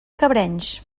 cabrenys